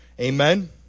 amen